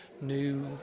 new